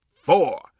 four